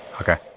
okay